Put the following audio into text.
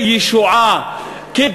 כישועה לכאורה,